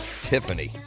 Tiffany